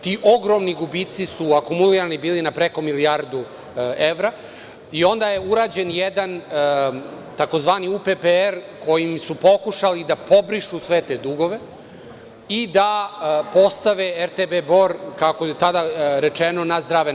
Ti ogromni gubici su akumulirani bili na preko milijardu evra i onda je urađen jedan tzv. UPPR kojim su pokušali da pobrišu sve te dugove i da postave RTB Bor, kako je tada rečeno, na zdrave